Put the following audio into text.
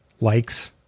likes